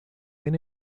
ven